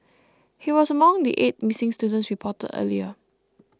he was among the eight missing students reported earlier